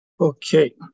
Okay